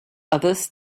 others